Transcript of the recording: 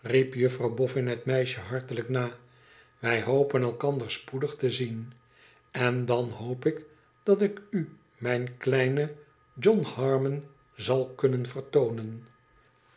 juffrouw boffin het meisje hartelijk na wij hopen elkander spoedig te zien en dan hoop ik dat ik u mijn kleinen john harmon zal kunnen vertoonen